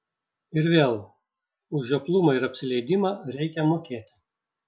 ir vėl už žioplumą ir apsileidimą reikia mokėti